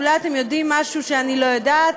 אולי אתם יודעים משהו שאני לא יודעת,